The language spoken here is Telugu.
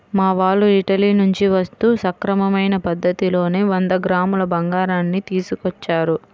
మా వాళ్ళు ఇటలీ నుంచి వస్తూ సక్రమమైన పద్ధతిలోనే వంద గ్రాముల బంగారాన్ని తీసుకొచ్చారు